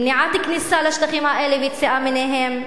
למניעת כניסה לשטחים האלה ויציאה מהם.